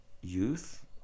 youth